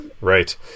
right